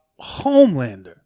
Homelander